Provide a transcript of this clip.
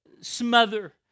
smother